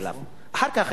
אחר כך אני אגיד לך למה.